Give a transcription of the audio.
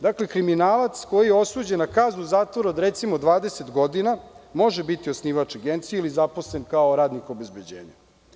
Dakle, kriminalac koji je osuđen na kaznu zatvora od recimo 20 godina može biti osnivač agencije ili zaposlen kao radnik obezbeđenja.